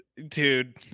dude